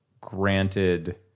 granted